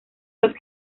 los